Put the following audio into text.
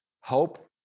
hope